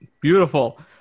Beautiful